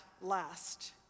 last